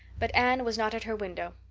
but anne was not at her window.